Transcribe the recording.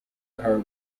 her